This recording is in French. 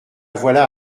voilà